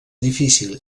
difícil